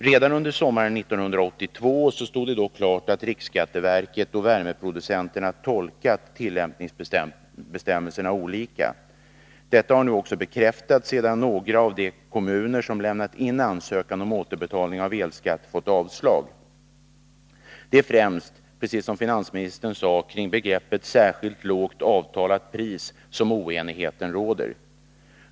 Redan under sommaren 1982 stod det dock klart att riksskatteverket och värmeproducenterna tolkat tillämpningsbestämmelserna olika. Detta har nu också bekräftats, sedan några av de kommuner som lämnat in ansökan om återbetalning av elskatt fått avslag. Det är, precis som finansministern sade, främst kring begreppet särskilt avtalat lågt pris som oenighet råder.